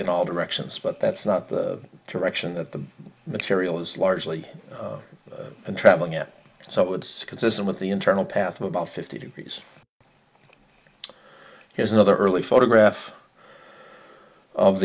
in all directions but that's not the direction that the material is largely traveling at so it's because i'm with the internal path of about fifty degrees here's another early photograph of